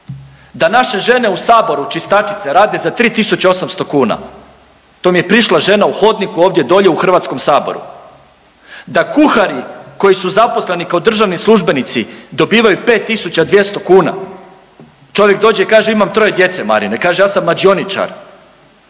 Da naše žene u saboru, čistačice rade za 3.800 kn, to mi je prišla žena u hodniku ovdje dolje u HS, da kuhari koji su zaposleni kao državni službenici dobivaju 5.200 kn, čovjek dođe i kaže imam troje djece Marine, kaže ja sam mađioničar,